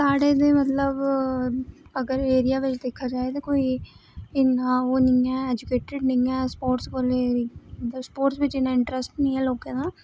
साढ़े ते मतलब अगर एरिया च दिक्खेआ जा ते कोई इन्ना ओह् नेईं ऐ ऐजुकेटड़ नेईं ऐ स्पोर्टें च बी स्पोर्टें च बी इन्ना इंटरैस्ट नेईं ऐ लोकें दा